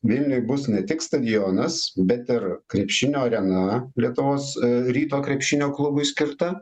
vilniuj bus ne tik stadionas bet ir krepšinio arena lietuvos ryto krepšinio klubui skirta